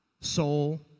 soul